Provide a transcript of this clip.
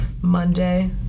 Monday